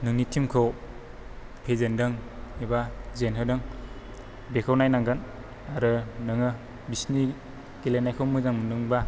नोंनि तिमखौ फेजेनदों एबा जेनहोदों बेखौ नायनांगोन आरो नोङो बिसोरनि गेलेनायखौ मोजां मोनदोंबा